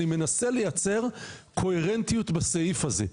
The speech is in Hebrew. אני מנסה לייצר קוהרנטיות בסעיף הזה,